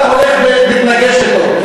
אתה מתנגש בו.